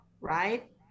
right